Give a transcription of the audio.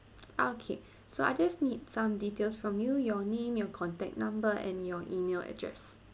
okay so I just need some details from you your name your contact number and your email address